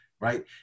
right